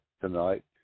tonight